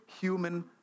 human